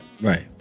Right